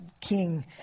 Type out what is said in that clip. king